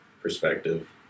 perspective